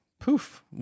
poof